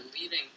leaving